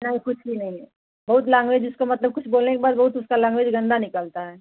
नहीं कुछ भी नहीं है बहुत लांग्वेज उसकी मतलब कुछ बोलने के बाद बहुत उसकी लांग्वेज गंदी निकलती है